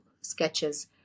sketches